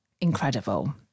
incredible